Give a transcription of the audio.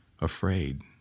afraid